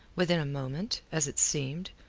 within a moment, as it seemed,